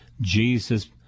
Jesus